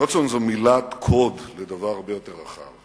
"גולדסטון" זו מילת קוד לדבר הרבה יותר רחב,